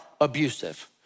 abusive